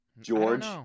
George